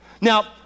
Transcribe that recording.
Now